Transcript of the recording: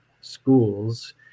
schools